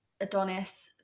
Adonis